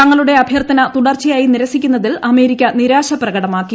തങ്ങളുടെ അഭ്യർത്ഥന തുടർച്ചയായി നിരസിക്കുന്നതിൽ അമേരിക്ക നിരാശ പ്രകടമാക്കി